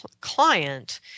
client